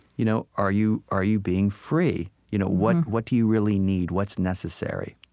you know are you are you being free? you know what what do you really need? what's necessary?